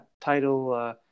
Title